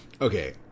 Okay